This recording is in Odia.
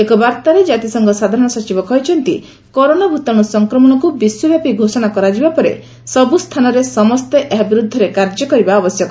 ଏକ ବାର୍ତ୍ତାରେ ଜାତିସଂଘ ସାଧାରଣ ସଚିବ କହିଛନ୍ତି କରୋନା ଭୂତାଣୁ ସଂକ୍ରମଣକୁ ବିଶ୍ୱବାପୀ ଘୋଷଣା କରାଯିବା ପରେ ସବୁସ୍ଥାନରେ ସମସ୍ତେ ଏହା ବିରୁଦ୍ଧରେ କାର୍ଯ୍ୟ କରିବା ଆବଶ୍ୟକ